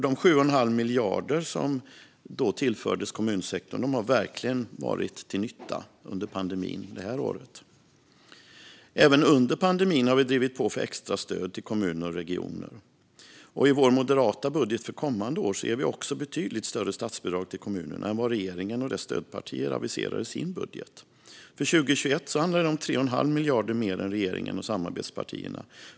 De 7,5 miljarder som tillfördes kommunsektorn har verkligen varit till nytta det här året. Även under pandemin har vi drivit på för extra stöd till kommuner och regioner. I Moderaternas budget för kommande år ger vi också betydligt större statsbidrag till kommunerna än vad regeringen och dess stödpartier aviserar i sin budget. För 2021 handlar det om 3,5 miljarder mer än regeringen och samarbetspartierna.